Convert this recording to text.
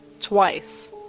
twice